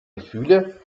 gefühle